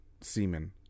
semen